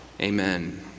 Amen